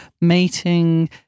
mating